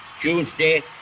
Tuesday